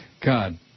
God